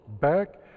back